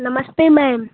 नमस्ते मैम